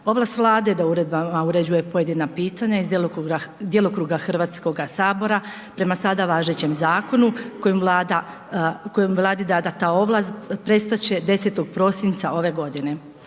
Ovlast Vlada da uredbama uređuje pojedina pitanja iz djelokruga Hrvatskoga sabora prema sada važećem zakonu kojim Vladi dana ta ovlast prestat će 10. prosinca ove godine.